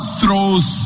throws